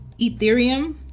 Ethereum